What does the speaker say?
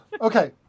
Okay